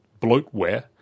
bloatware